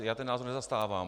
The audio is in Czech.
Já ten názor nezastávám.